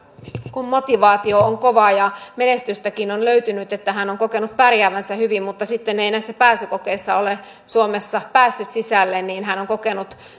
kun motivaatio on kova ja menestystäkin on löytynyt hän on kokenut pärjäävänsä hyvin mutta sitten ei näissä pääsykokeissa ole suomessa päässyt sisälle ja hän on kokenut